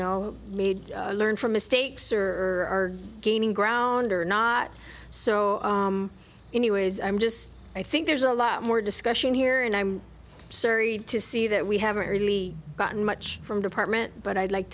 know made learn from mistakes or are gaining ground or not so anyways i'm just i think there's a lot more discussion here and i'm sorry to see that we haven't really gotten much from department but i'd like